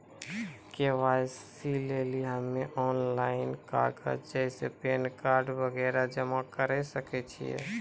KYC लेली हम्मय online कागज जैसे पैन कार्ड वगैरह जमा करें सके छियै?